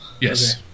Yes